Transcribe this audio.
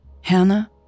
Hannah